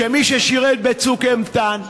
שמי ששירת ב"צוק איתן",